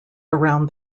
around